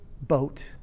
boat